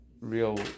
real